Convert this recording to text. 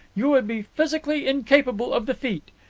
you would be physically incapable of the feat.